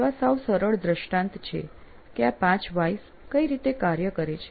તો આ સાવ સરળ દ્રષ્ટાંત છે કે આ 5 વ્હાયસ કઈ રીતે કાર્ય કરે છે